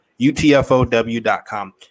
utfow.com